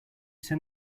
send